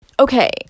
Okay